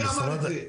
מי אמר את זה?